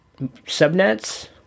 subnets